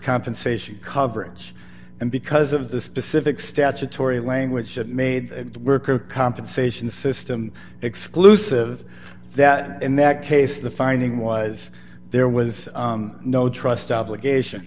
compensation coverage and because of the specific statutory language and made it work or compensation system exclusive that in that case the finding was there was no trust obligation